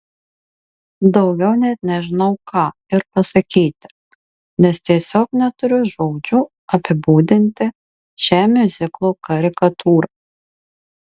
daugiau net nežinau ką ir pasakyti nes tiesiog neturiu žodžių apibūdinti šią miuziklo karikatūrą